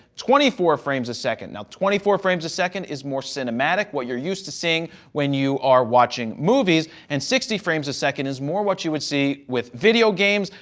twenty four frames a second. now twenty four frames a second is more cinematic what you're used to seeing when you are watching movies and sixty frames a second is more what you would see with video games.